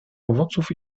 owoców